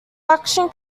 action